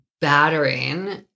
battering